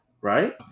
right